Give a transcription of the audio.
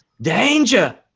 Danger